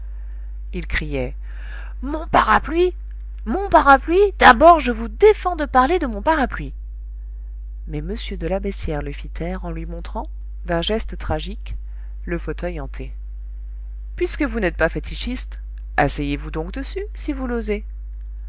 il criait mon parapluie mon parapluie d'abord je vous défends de parler de mon parapluie mais m de la beyssière le fit taire en lui montrant d'un geste tragique le fauteuil hanté puisque vous n'êtes pas fétichiste asseyez-vous donc dessus si vous l'osez